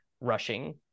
rushing